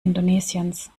indonesiens